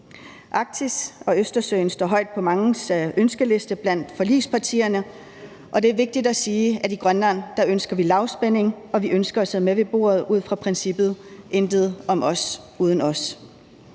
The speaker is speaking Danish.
Arktis og Østersøen står højt på manges ønskeliste blandt forligspartierne, og det er vigtigt at sige, at vi i Grønland ønsker lavspænding, og vi ønsker at sidde med ved bordet ud fra princippet: Intet om os uden os.